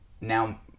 now